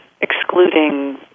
excluding